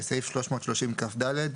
בסעיף 330כד,